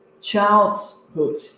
childhood